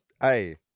hey